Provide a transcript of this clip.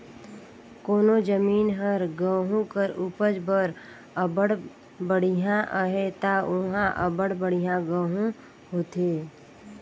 कोनो जमीन हर गहूँ कर उपज बर अब्बड़ बड़िहा अहे ता उहां अब्बड़ बढ़ियां गहूँ होथे